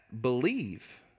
believe